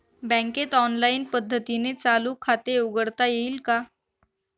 बँकेत ऑनलाईन पद्धतीने चालू खाते उघडता येईल का?